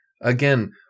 Again